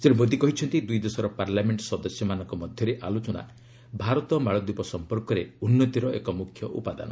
ଶ୍ରୀ ମୋଦୀ କହିଛନ୍ତି ଦୁଇ ଦେଶର ପାର୍ଲାମେଣ୍ଟ ସଦସ୍ୟମାନଙ୍କ ମଧ୍ୟରେ ଆଲୋଚନା ଭାରତ ମାଳଦୀପ ସମ୍ପର୍କରେ ଉନ୍ନତିର ଏକ ମୁଖ୍ୟ ଉପାଦାନ